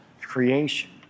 creation